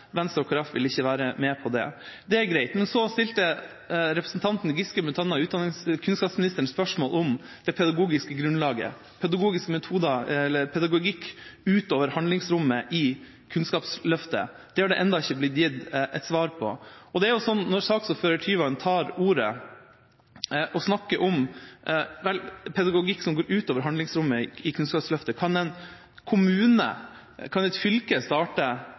Venstre og Kristelig Folkeparti vil ikke være med på det. Det er greit. Men så stilte representanten Giske kunnskapsministeren spørsmål om bl.a. det pedagogiske grunnlaget, pedagogiske metoder – pedagogikk – utover handlingsrommet i Kunnskapsløftet. Det er det ennå ikke blitt gitt et svar på. Når saksordføreren, Tyvand, tar ordet og snakker om pedagogikk som går utover handlingsrommet i Kunnskapsløftet: Kan en kommune, kan et fylke, starte